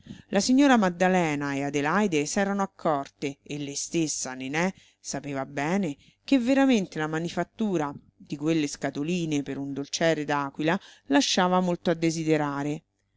la signora maddalena e adelaide s'erano accorte e lei stessa nené sapeva bene che veramente la manifattura di quelle scatoline per un dolciere d'aquila lasciava molto a desiderare